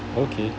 okay